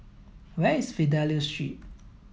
where is Fidelio Street